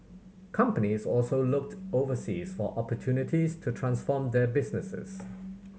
companies also looked overseas for opportunities to transform their businesses